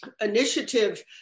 Initiative